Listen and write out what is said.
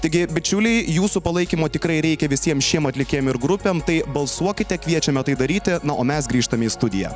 taigi bičiuliai jūsų palaikymo tikrai reikia visiem šiem atlikėjam ir grupėm tai balsuokite kviečiame tai daryti na o mes grįžtame į studiją